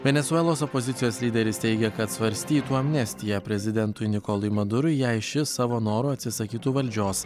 venesuelos opozicijos lyderis teigia kad svarstytų amnestiją prezidentui nikolui madurui jei šis savo noru atsisakytų valdžios